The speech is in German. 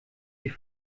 die